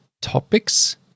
topics